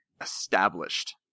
established